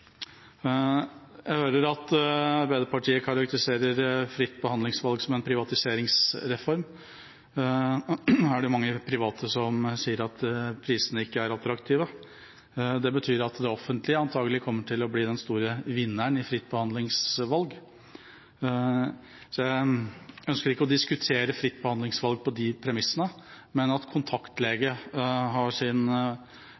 Jeg hører at Arbeiderpartiet karakteriserer fritt behandlingsvalg som en privatiseringsreform. Nå er det mange private som sier at prisene ikke er attraktive. Det betyr at det offentlige antakelig kommer til å bli den store vinneren når det gjelder fritt behandlingsvalg. Jeg ønsker ikke å diskutere fritt behandlingsvalg på de premissene, men mener at en kontaktlege